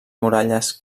muralles